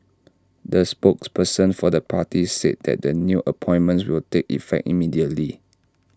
the spokesperson for the party said that the new appointments will take effect immediately